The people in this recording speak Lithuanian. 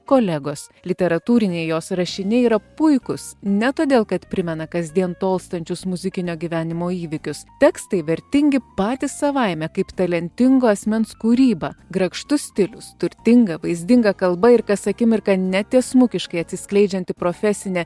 kolegos literatūriniai jos rašiniai yra puikūs ne todėl kad primena kasdien tolstančius muzikinio gyvenimo įvykius tekstai vertingi patys savaime kaip talentingo asmens kūryba grakštus stilius turtinga vaizdinga kalba ir kas akimirką netiesmukiškai atsiskleidžianti profesinė